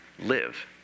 live